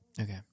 Okay